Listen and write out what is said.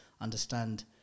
understand